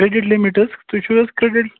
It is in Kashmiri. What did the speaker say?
کرٛیٚڈِٹ لِمِٹ حظ تُہۍ چھُو حظ کرٛیٚڈِٹ